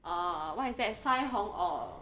err what is that 腮红 or